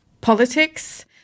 politics